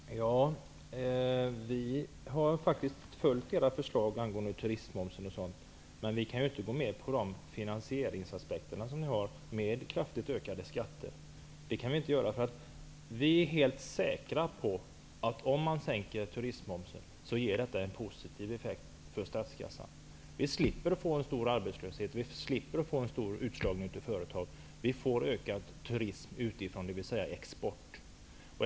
Herr talman! Vi har faktiskt följt era förslag angående turistmomsen. Men vi kan inte gå med på de finansieringsaspekter som ni har, med kraftigt ökade skatter. Vi är helt säkra på att om man sänker turistmomsen ger detta en positiv effekt på statskassan. Vi slipper att få en stor arbetslöshet. Vi slipper att få en stor utslagning av företag. Vi får ökad turism utifrån, dvs. export.